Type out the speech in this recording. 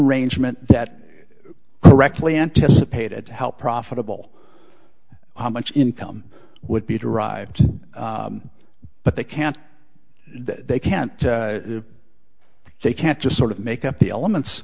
rangement that directly anticipated help profitable how much income would be derived but they can't they can't they can't just sort of make up the elements